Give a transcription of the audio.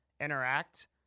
interact